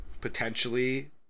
potentially